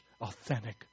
authentic